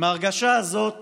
עם ההרגשה הזאת